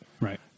Right